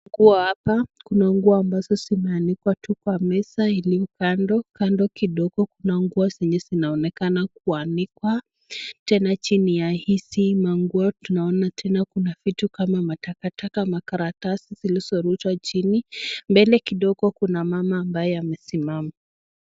Kuwa hapo, kuna nguo ambazo zimeanikwa tu kwa meza ili kando. Kando kidogo kuna nguo zenye zinaonekana kuanikwa. Tena chini ya hizi manguo tunaona tena kuna vitu kama matakataka, makaratasi zilizo rushea chini. Mbele kidogo kuna mama ambaye amesimama.